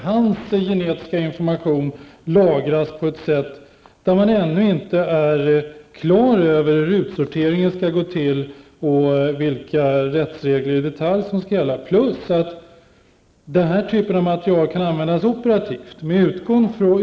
Den genetiska informationen om honom lagras, och man är ännu inte klar över hur utsorteringen skall gå till och vilka rättsregler som skall gälla i detalj. Denna typ av material kan dessutom användas operativt.